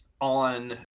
on